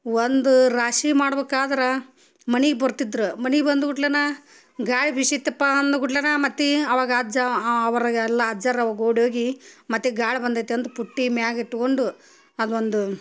ಒಂದು ರಾಶಿ ಮಾಡ್ಬೇಕಾದ್ರೆ ಮನಿಗೆ ಬರ್ತಿದ್ರು ಮನೆಗೆ ಬಂದ ಕೂಡಲೆನ ಗಾಳಿ ಬೀಸಿತಪ್ಪಾ ಅಂದ ಕೂಡಲೆನ ಮತ್ತು ಆವಾಗ ಅಜ್ಜ ಅವ್ರು ಎಲ್ಲ ಅಜ್ಜರ ಓಡೋಗಿ ಮತ್ತು ಗಾಳಿ ಬಂದೈತಿ ಅಂದ ಪುಟ್ಟಿ ಮ್ಯಾಗ ಇಟ್ಕೊಂಡು ಅದೊಂದು